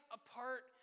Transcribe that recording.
apart